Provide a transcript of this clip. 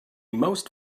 most